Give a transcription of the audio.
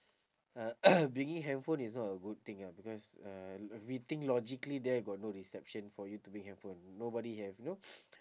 uh bringing handphone is not a good thing ah because uh if we think logically there got no reception for you to bring handphone nobody have you know